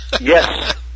Yes